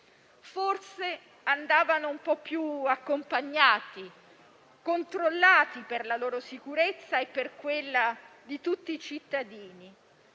essi andavano un po' più accompagnati e controllati per la sicurezza loro e di tutti i cittadini.